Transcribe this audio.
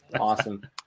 Awesome